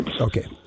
Okay